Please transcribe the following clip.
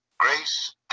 grace